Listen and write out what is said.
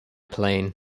plane